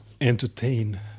entertain